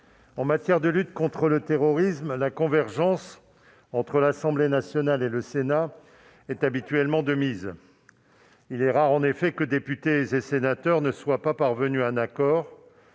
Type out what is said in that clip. en matière de lutte contre le terrorisme, la convergence entre l'Assemblée nationale et le Sénat est habituellement de mise ; il est rare que députés et sénateurs ne parviennent pas à un accord